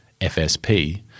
FSP